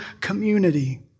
community